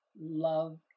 love